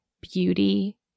beauty